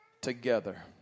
together